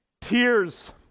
tears